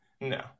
No